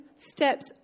steps